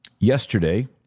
Yesterday